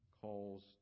calls